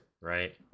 right